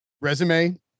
resume